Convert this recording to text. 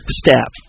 step